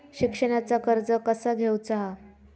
शिक्षणाचा कर्ज कसा घेऊचा हा?